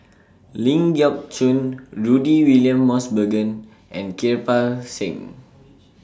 Ling Geok Choon Rudy William Mosbergen and Kirpal Singh